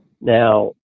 Now